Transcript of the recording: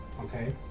okay